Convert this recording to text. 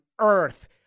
earth